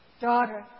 daughter